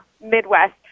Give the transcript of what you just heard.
Midwest